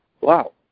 Wow